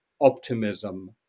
optimism